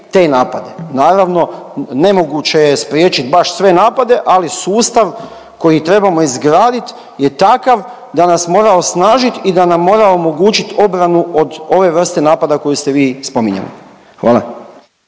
te napade. Naravno nemoguće je spriječiti baš sve napade ali sustav koji trebamo izgradit je takav da nas mora osnažit i da nam mora omogućit obranu od ove vrste napada koji ste mi spominjali. Hvala.